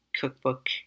cookbook